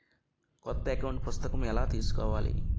కొత్త అకౌంట్ పుస్తకము ఎలా తీసుకోవాలి?